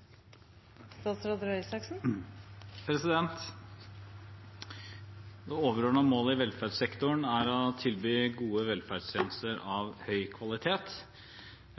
å tilby gode velferdstjenester av høy kvalitet.